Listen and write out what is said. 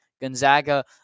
Gonzaga